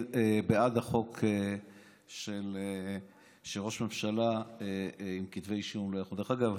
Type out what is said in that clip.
בעד חוק שראש ממשלה עם כתבי אישום לא יכול דרך אגב,